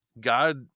God